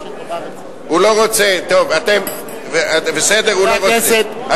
הוא לא רוצה, הוא לא רוצה, טוב.